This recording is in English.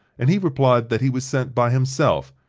and he replied that he was sent by himself,